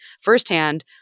firsthand